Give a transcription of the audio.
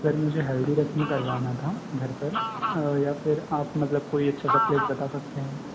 sir मुझे हल्दी रस्म करवाना था घर पर या फिर आप मतलब कोई अच्छा सा प्लेस बता सकते हैं